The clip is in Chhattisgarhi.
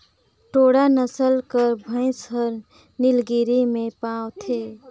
टोडा नसल कर भंइस हर नीलगिरी में पवाथे